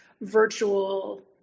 virtual